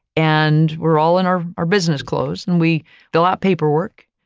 and we're all in our our business clothes and we fill out paperwork,